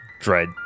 dread